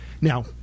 Now